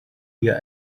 wir